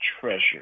treasure